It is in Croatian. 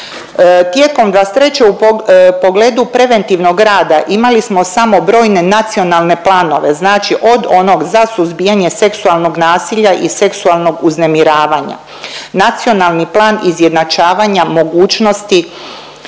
Tijekom '23. u pogledu preventivnog rada, imali smo samo brojne nacionalne planove znači od onoga za suzbijanje seksualnog nasilja i seksualnog uznemiravanja, nacionalni plan izjednačavanja mogućnosti